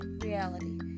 reality